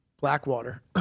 Blackwater